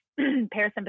parasympathetic